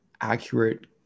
accurate